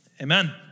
Amen